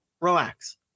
relax